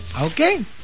okay